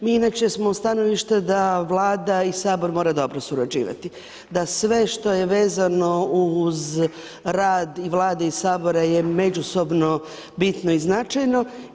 Mi inače smo stanovišta da Vlada i Sabor moraju dobro surađivati, da sve što je vezano uz rad i Vlade i Sabora je međusobno bitno i značajno.